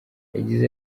yagize